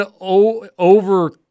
over